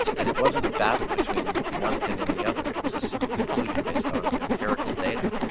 that it wasn't a battle between one thing and the other, it was a simple conclusion based on empirical data.